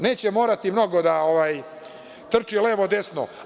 Neće morati mnogo da trči levo-desno.